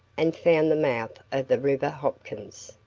and found the mouth of the river hopkins.